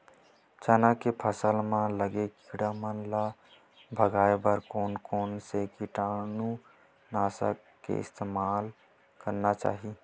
चना के फसल म लगे किड़ा मन ला भगाये बर कोन कोन से कीटानु नाशक के इस्तेमाल करना चाहि?